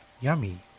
Yummy